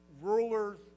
rulers